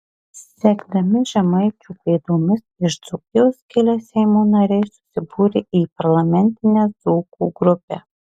sekdami žemaičių pėdomis iš dzūkijos kilę seimo nariai susibūrė į parlamentinę dzūkų grupę